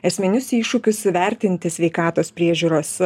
esminius iššūkius įvertinti sveikatos priežiūros